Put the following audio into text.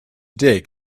dig